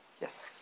Yes